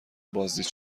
بازدید